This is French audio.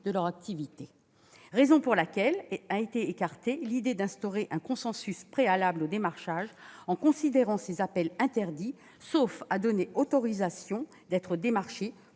C'est la raison pour laquelle a été écartée l'idée d'instaurer un consentement préalable au démarchage, en considérant ces appels interdits, sauf à donner l'autorisation d'être démarché.